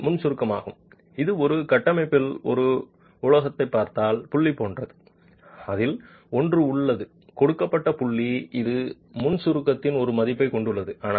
இது முன் சுருக்கமாகும் இது ஒரு கட்டமைப்பில் ஒரு உலகத்தைப் பார்த்தால் புள்ளி போன்றது அதில் ஒன்று உள்ளது கொடுக்கப்பட்ட புள்ளி இது முன் சுருக்கத்தின் ஒரு மதிப்பைக் கொண்டுள்ளது